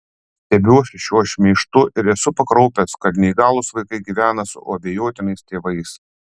stebiuosi šiuo šmeižtu ir esu pakraupęs kad neįgalūs vaikai gyvena su abejotinais tėvais